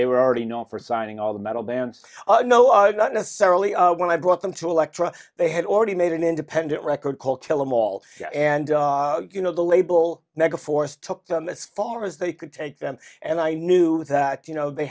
they were already known for signing all the metal bands you know are not necessarily when i brought them to electra they had already made an independent record called tell them all and you know the label megaforce took them as far as they could take them and i knew that you know they